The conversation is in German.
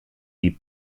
die